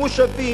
מושבים,